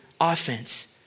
offense